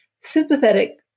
sympathetic